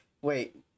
Wait